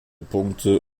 punkte